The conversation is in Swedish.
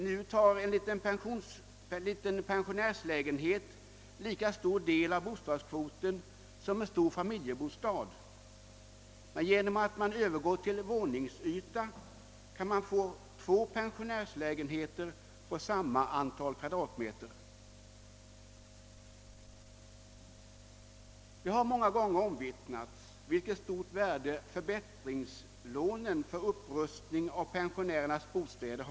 Nu tar exempelvis en liten pensionärslägenhet lika stor del av bostadskvoten som en stor familjebostad, men genom att övergå till beräkning efter våningsyta kan man få två pensionärslägenheter på samma antal kvadratmeter. Det har många gånger omvittnats vil ket stort värde förbättringslånen har för upprustning av pensionärernas bostäder.